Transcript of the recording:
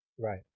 right